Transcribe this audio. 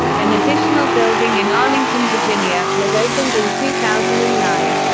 an additional building in arlington, virginia, was opened in two thousand and nine.